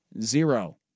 Zero